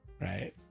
right